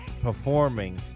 performing